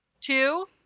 two